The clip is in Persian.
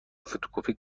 فتوکپی